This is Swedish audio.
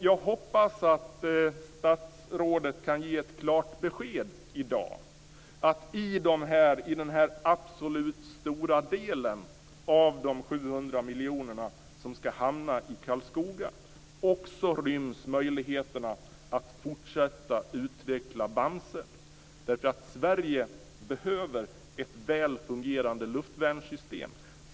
Jag hoppas att statsrådet kan ge ett klart besked i dag om att det i den "absolut stora delen" av de 700 miljoner kronorna som skall hamna i Karlskoga också ryms möjligheter att fortsätta utveckla Bamse. Sverige behöver ett väl fungerande luftvärnssystem.